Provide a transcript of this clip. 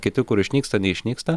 kiti kur išnyksta neišnyksta